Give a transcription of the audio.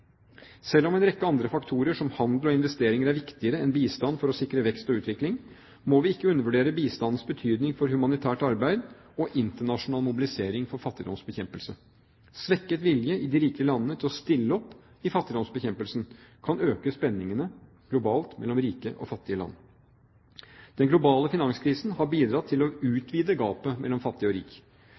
Selv om en rekke andre faktorer som handel og investeringer er viktigere enn bistand for å sikre vekst og utvikling, må vi ikke undervurdere bistandens betydning for humanitært arbeid og internasjonal mobilisering for fattigdomsbekjempelse. Svekket vilje i de rike landene til å stille opp i fattigdomsbekjempelsen kan øke spenningene globalt mellom rike og fattige land. Den globale finanskrisen har bidratt til å utvide gapet mellom fattig og rik.